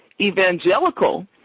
evangelical